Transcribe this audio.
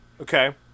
Okay